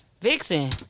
Vixen